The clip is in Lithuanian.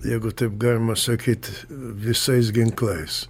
jeigu taip galima sakyt visais ginklais